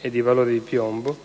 e di vapori di piombo,